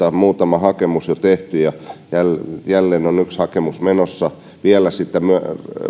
muutama hakemus jo tehty ja jälleen on yksi hakemus menossa vielä sitä